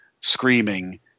screaming